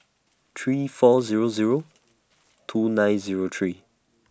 three four Zero Zero two nine Zero three